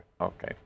Okay